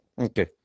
okay